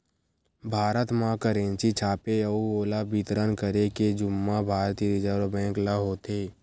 भारत म करेंसी छापे अउ ओला बितरन करे के जुम्मा भारतीय रिजर्व बेंक ल होथे